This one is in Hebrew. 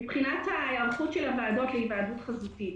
מבחינת ההיערכות של הוועדות להיוועדות חזותית